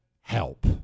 help